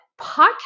podcast